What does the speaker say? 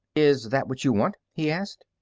is that what you want? he asked.